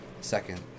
second